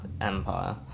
empire